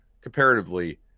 comparatively